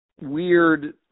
weird